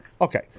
Okay